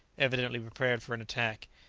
evidently prepared for an attack.